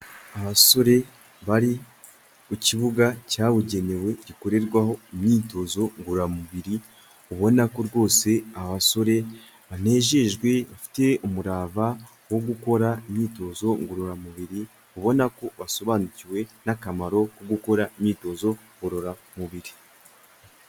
Abasore bari ku kibuga cyabugenewe gikorerwaho imyitozo ngororamubiri, ubona ko rwose abasore banejejwe bafite umurava wo gukora imyitozo ngororamubiri, ubona ko basobanukiwe n'akamaro ko gukora imyitozo ngororamubiri.